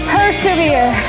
Persevere